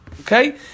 Okay